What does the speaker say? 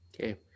Okay